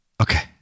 Okay